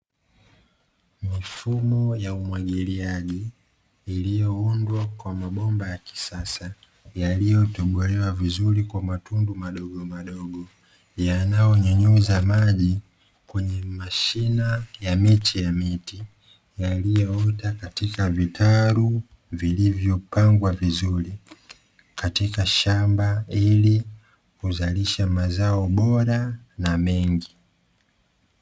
Mifumo ya umwagiliaji iliyoundwa kwa mabomba ya kisasa yaliyo tobolewa vizuri kwa matundu madogo madogo yanayo nyunyiza maji kwenye mashina ya miche ya miti yaliyo ota katika vitalu vilivyopangwa vizuri katika shamba ili kuzalisha mazao bora na mengi.